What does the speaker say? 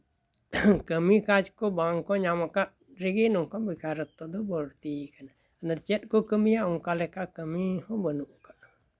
ᱠᱟᱹᱢᱤ ᱠᱟᱡᱽ ᱠᱚ ᱵᱟᱝ ᱠᱚ ᱧᱟᱢ ᱟᱠᱟᱫ ᱨᱮᱜᱮ ᱱᱚᱝᱠᱟ ᱵᱮᱠᱟᱨᱚᱛᱛᱚ ᱫᱚ ᱵᱟᱹᱲᱛᱤᱭᱟᱠᱟᱱᱟ ᱪᱮᱫ ᱠᱚ ᱠᱟᱹᱢᱤᱭᱟ ᱚᱱᱠᱟ ᱞᱮᱠᱟ ᱠᱟᱹᱢᱤ ᱦᱚᱸ ᱵᱟᱹᱱᱩᱜ ᱟᱠᱟᱫᱟ